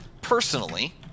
Personally